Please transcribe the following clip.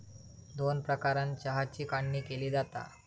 दोन प्रकारानं चहाची काढणी केली जाता